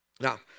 Now